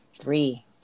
three